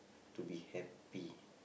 to be happy